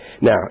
Now